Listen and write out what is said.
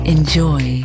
Enjoy